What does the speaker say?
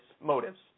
motives